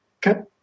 cut